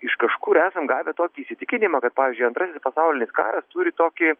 iš kažkur esam gavę tokį įsitikinimą kad pavyzdžiui antrasis pasaulinis karas turi tokį